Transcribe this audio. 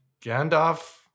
Gandalf